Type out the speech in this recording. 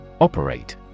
Operate